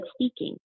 speaking